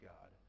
God